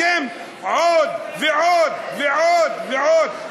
אתם עוד ועוד ועוד ועוד.